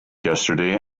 yesterday